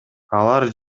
алар